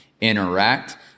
interact